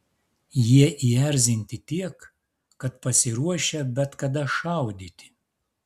jie įerzinti tiek kad pasiruošę bet kada šaudyti